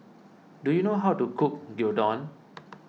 do you know how to cook Gyudon